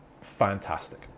Fantastic